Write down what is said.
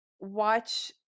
watch